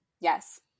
Yes